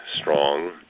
strong